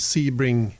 Sebring